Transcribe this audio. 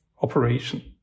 operation